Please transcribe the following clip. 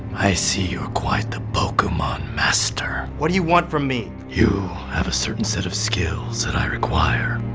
i see you're quite the pokemon master. what do you want from me? you have a certain set of skills that i require.